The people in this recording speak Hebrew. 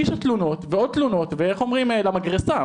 תלונות, ועוד תלונות, ואיך אומרים, למגרסה.